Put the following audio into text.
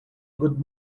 good